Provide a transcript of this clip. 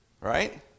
Right